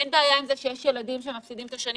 אין בעיה עם זה שיש ילדים שמפסידים את השנים